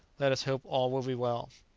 let us hope all will be well.